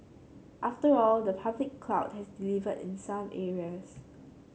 after all the public cloud has delivered in some areas